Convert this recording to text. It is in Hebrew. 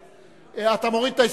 אתה מוריד את ההסתייגות?